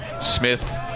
Smith